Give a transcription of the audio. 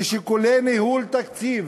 ששיקולי ניהול תקציב